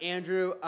Andrew